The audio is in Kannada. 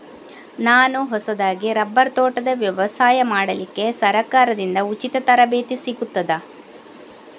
ನಾನು ಹೊಸದಾಗಿ ರಬ್ಬರ್ ತೋಟದ ವ್ಯವಸಾಯ ಮಾಡಲಿಕ್ಕೆ ಸರಕಾರದಿಂದ ಉಚಿತ ತರಬೇತಿ ಸಿಗುತ್ತದಾ?